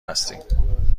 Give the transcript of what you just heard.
هستیم